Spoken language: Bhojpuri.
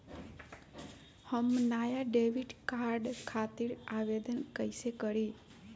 हम नया डेबिट कार्ड खातिर आवेदन कईसे करी?